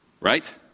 right